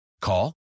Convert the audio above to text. Call